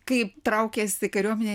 kai traukėsi kariuomenė